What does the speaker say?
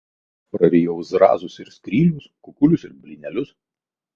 kaipmat prarijau zrazus ir skrylius kukulius ir blynelius